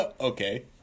Okay